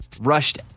rushed